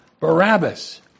Barabbas